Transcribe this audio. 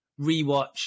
Rewatch